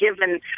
given